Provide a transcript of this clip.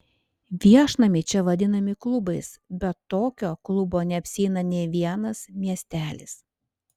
viešnamiai čia vadinami klubais be tokio klubo neapsieina nė vienas miestelis